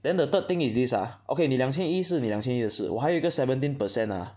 then the third thing is this ah okay 你两千一是你两千一的事我还有一个 seventeen percent ah